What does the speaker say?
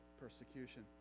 persecution